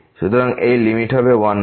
সুতরাং এই লিমিট হবে 1 by 3